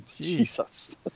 Jesus